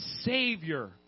Savior